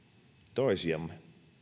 toisiamme